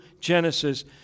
Genesis